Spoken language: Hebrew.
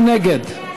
מי נגד?